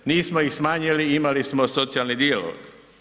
Nismo ih smanjili, imali smo socijalni dijalog.